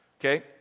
Okay